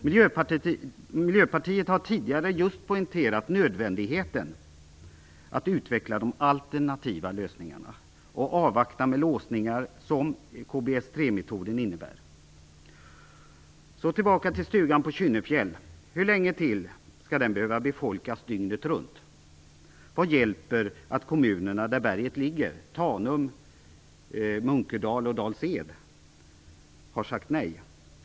Miljöpartiet har tidigare poängterat just nödvändigheten att utveckla alternativa lösningar och att avvakta när det gäller de låsningar som KBS 3 metoden innebär. Så tillbaka till stugan på Kynnefjäll. Hur länge till skall den behöva befolkas dygnet runt? Vad hjälper det att de kommuner där berget ligger - Tanum, Munkedal och Dals Ed - har sagt nej?